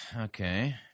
Okay